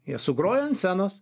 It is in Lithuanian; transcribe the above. jie sugrojo ant scenos